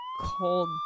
cold